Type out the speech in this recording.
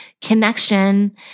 connection